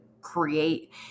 create